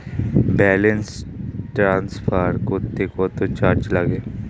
Balance transfer করতে কত charge লাগে?